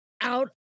out